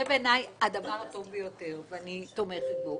זה בעיני הדבר הטוב ביותר ואני תומכת בו.